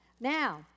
Now